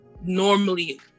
normally